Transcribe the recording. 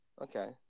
Okay